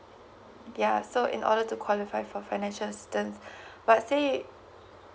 ya so in order to qualify for financial assistance but say